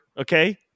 Okay